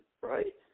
right